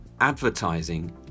advertising